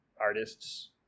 artists